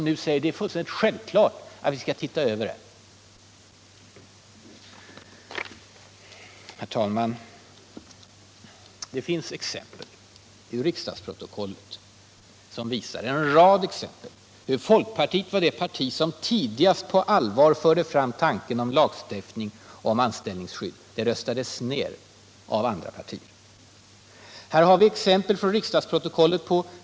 Jag skulle kunna ta en rad exempel ur riksdagsprotokoll som visar att folkpartiet var det parti som tidigast på allvar förde fram tanken på lagstiftning om anställningsskydd, Det förslaget röstades ned av andra partier.